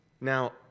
Now